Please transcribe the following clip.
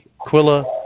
Quilla